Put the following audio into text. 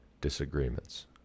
disagreements